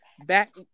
back